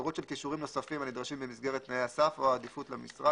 פירוט של כישורים נוספים הנדרשים במסגרת תנאי הסף או העדיפות למשרה,